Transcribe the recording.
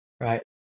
Right